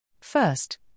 First